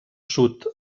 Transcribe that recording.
sud